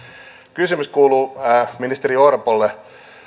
kysymys kuuluu ministeri orpolle